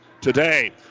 today